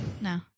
no